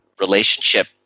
relationship